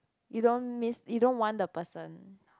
you don't miss you don't want the person